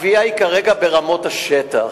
הקביעה היא כרגע ברמות השטח,